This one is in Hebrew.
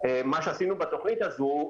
מה שעשינו בתוכנית הזו,